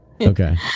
Okay